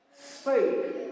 spoke